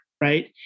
right